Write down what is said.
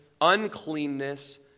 uncleanness